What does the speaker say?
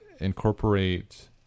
incorporate